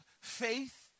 Faith